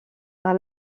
par